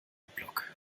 block